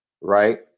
right